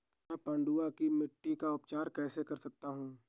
मैं पडुआ की मिट्टी का उपचार कैसे कर सकता हूँ?